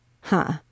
Huh